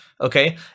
okay